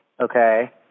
okay